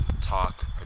talk